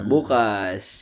Bukas